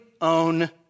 own